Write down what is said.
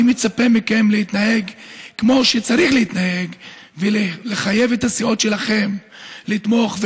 אני מצפה מכם להתנהג כמו שצריך להתנהג ולחייב את הסיעות שלכם לתמוך,